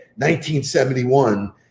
1971